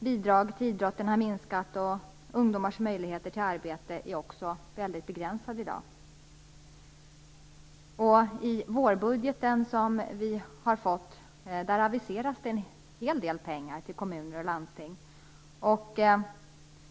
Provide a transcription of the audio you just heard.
Bidragen till idrotten har minskat, och ungdomars möjligheter till arbete är väldigt begränsade i dag. I den vårbudget som vi har fått aviseras en hel del pengar till kommuner och landsting.